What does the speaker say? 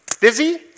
busy